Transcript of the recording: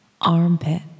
armpit